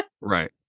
Right